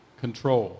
control